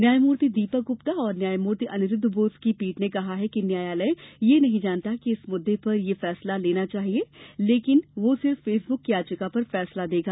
न्यायमूर्ति दीपक गुप्ता और न्यायमूर्ति अनिरूद्व बोस की पीठ ने कहा कि न्यायालय यह नहीं जानता कि इस मुद्दे पर यह फैसला लेना चाहिए लेकिन वह सिर्फ फेसबुक की याचिका पर फैसला देगा